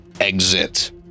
exit